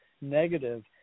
negative